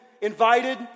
invited